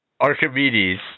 Archimedes